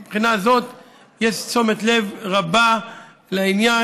מבחינה זו יש תשומת לב רבה לעניין,